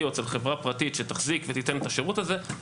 או אצל חברה פרטית שתחזיק ותיתן את השירות הזה,